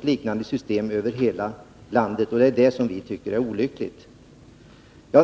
liknande system över hela landet, vilket vi tycker är olyckligt.